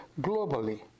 globally